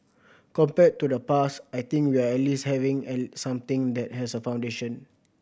compared to the past I think we are at least having something that has a foundation